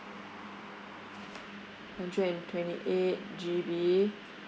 hundred and twenty eight G_B